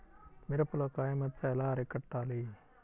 మిరపలో కాయ మచ్చ ఎలా అరికట్టాలి?